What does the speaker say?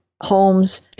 homes